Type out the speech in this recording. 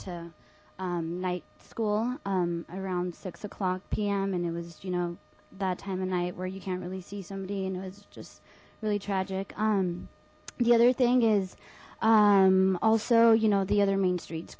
to night school around six o'clock p m and it was you know that time a night where you can't really see somebody and it was just really tragic um the other thing is also you know the other main streets